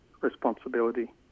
responsibility